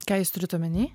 ką jūs turit omeny